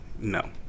No